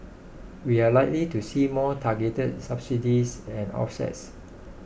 we are likely to see more targeted subsidies and offsets